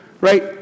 Right